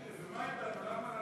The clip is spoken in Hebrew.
ומה אתנו?